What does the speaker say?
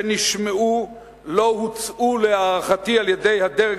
שנשמעו לא הוצעו להערכתי על-ידי הדרג